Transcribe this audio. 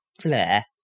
Flair